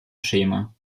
schema